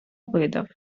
видав